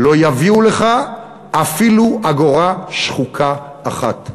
לא יביאו לך אפילו אגורה שחוקה אחת.